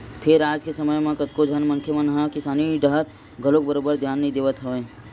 फेर आज के समे म कतको झन मनखे मन किसानी डाहर घलो बरोबर धियान नइ देवत हवय